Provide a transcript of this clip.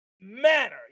manner